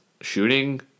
shooting